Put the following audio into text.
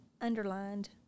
underlined